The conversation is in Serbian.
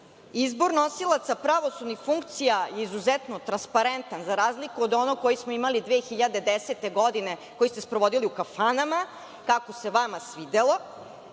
Izbor nosilaca pravosudnih funkcija je izuzetno transparentan, za razliku od onog koji smo imali 2010. godine koji ste sprovodili u kafanama, kako se vama svidelo.